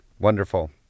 Wonderful